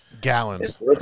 gallons